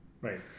Right